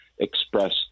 express